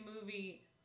movie